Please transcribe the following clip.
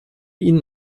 ihn